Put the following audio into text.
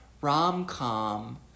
rom-com